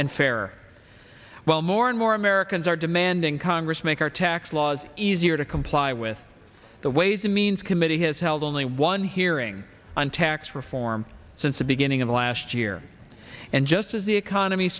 and fair while more and more americans are demanding congress make our tax laws easier to comply with the ways and means committee has held only one hearing on tax reform since the beginning of last year and just as the economy